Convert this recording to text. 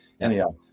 Anyhow